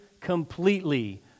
completely